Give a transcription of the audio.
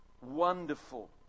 wonderful